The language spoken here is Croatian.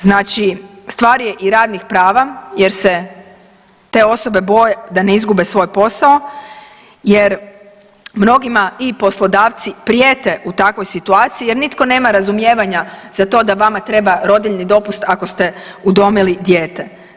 Znači, stvar je i radnih prava jer se te osobe boje da ne izgube svoj posao jer mnogima i poslodavci prijete u takvoj situaciji jer nitko nema razumijevanja za to da vama treba rodiljni dopust ako ste udomili dijete.